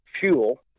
fuel